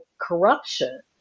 corruption